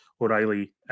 O'Reilly